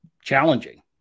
challenging